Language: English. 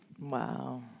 Wow